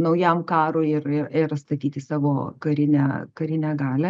naujam karui ir ir ir statyti savo karinę karinę galią